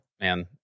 man